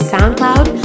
SoundCloud